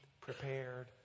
prepared